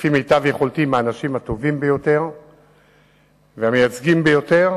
לפי מיטב יכולתי מהאנשים הטובים ביותר והמייצגים ביותר,